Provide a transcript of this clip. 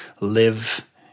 live